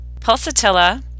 Pulsatilla